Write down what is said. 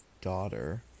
daughter